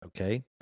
okay